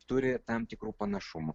turi tam tikrų panašumų